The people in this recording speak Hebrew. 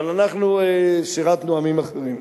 אבל אנחנו שירתנו עמים אחרים,